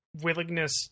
willingness